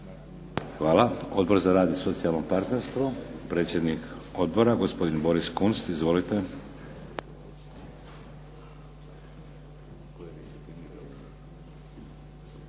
Hvala. Odbor za rad i socijalno partnerstvo, predsjednik odbora gospodin Boris Kunst. Izvolite.